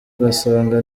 ugasanga